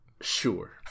Sure